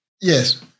Yes